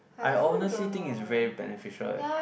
I honestly think it's very beneficial leh